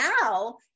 now